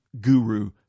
guru